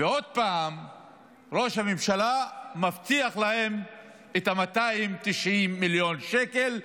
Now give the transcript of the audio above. ועוד פעם ראש הממשלה מבטיח להם 290 מיליון שקל,